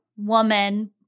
woman